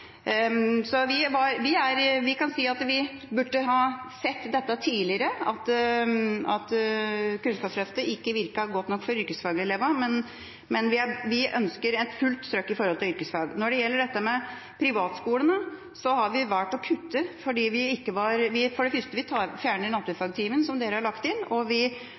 Vi kan si at vi tidligere burde ha sett at Kunnskapsløftet ikke virket godt nok for yrkesfagelever, men vi ønsker et fullt trykk når det gjelder yrkesfag. Når det gjelder privatskolene, har vi for det første fjernet naturfagtimen som regjeringa har lagt inn, og vi har også gått imot utvidinga av godkjenningsgrunnlaget for private skoler, som regjeringa gjennomførte i vår. I Senterpartiets alternative statsbudsjett legger de inn